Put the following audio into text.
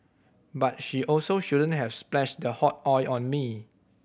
but she also shouldn't have splashed the hot oil on me